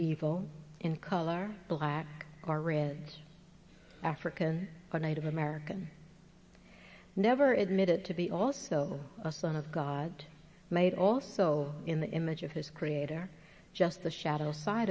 evil in color black or red african or native american never is limited to be also a son of god made also in the image of his creator just the shadow side